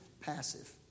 passive